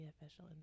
official